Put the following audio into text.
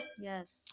Yes